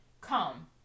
come